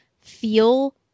feel